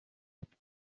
nshya